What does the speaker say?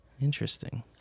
Interesting